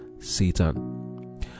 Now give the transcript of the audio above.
satan